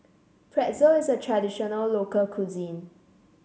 pretzel is a traditional local cuisine